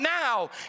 now